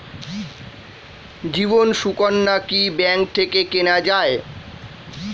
জীবন সুকন্যা কি ব্যাংক থেকে কেনা যায়?